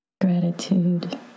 gratitude